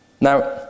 Now